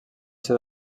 ser